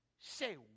Say